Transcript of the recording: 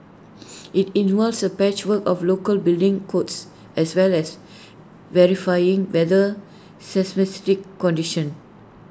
IT involves A patchwork of local building codes as well as varying weather seismic conditions